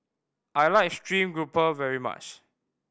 I like stream grouper very much